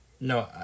No